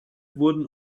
wurden